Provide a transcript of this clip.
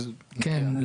כן.